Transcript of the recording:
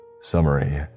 Summary